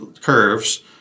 curves